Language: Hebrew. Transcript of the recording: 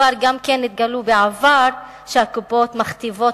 וכבר התגלה בעבר גם שהקופות מכתיבות